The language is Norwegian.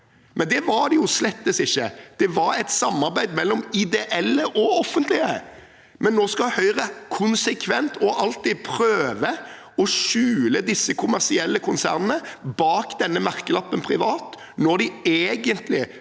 Det var det jo slett ikke. Det var et samarbeid mellom ideelle og offentlige, men nå – og alltid – skal Høyre konsekvent prøve å skjule disse kommersielle konsernene bak denne merkelappen, «privat», når de egentlig